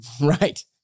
Right